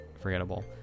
forgettable